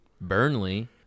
Burnley